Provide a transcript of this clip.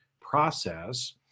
process